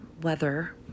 weather